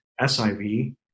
SIV